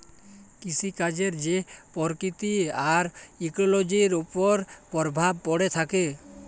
কিসিকাজের যে পরকিতি আর ইকোলোজির উপর পরভাব প্যড়ে থ্যাকে